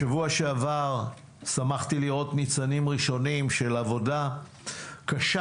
בשבוע שעבר שמחתי לראות ניצנים ראשונים של עבודה קשה